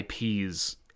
IPs